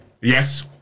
Yes